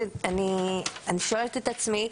אני שואלת את עצמי,